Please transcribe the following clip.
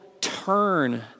turn